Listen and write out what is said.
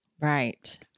Right